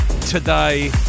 today